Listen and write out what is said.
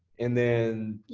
and then,